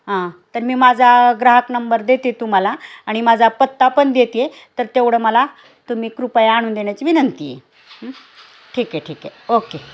आं तर मी माझा ग्राहक नंबर देते तुम्हाला आणि माझा पत्ता पण देते तर तेवढं मला तुम्ही कृपया आणून देण्याची विनंती आहे ठीक आहे ठीक आहे ओके